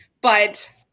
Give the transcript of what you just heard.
but-